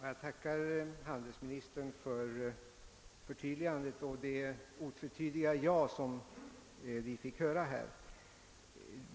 Herr talman! Jag tackar handelsministern för hans förtydligande och för det otvetydiga ja han lämnade.